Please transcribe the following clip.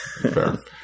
Fair